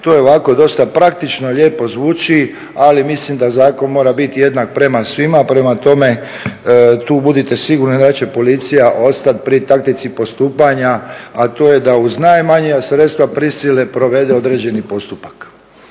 To je ovako dosta praktično, lijepo zvuči ali mislim da zakon mora biti jednak prema svima. Prema tome, tu budite sigurni da neće policija ostati pri taktici postupanja a to je da uz najmanja sredstva prisile provede određeni postupak.